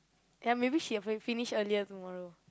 and maybe she will finish earlier tomorrow